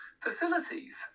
facilities